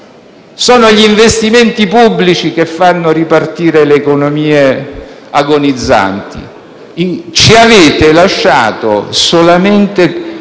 sono gli investimenti pubblici a far ripartire le economie agonizzanti. Ci avete lasciato solamente